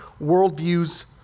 worldviews